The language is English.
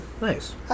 Nice